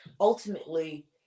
ultimately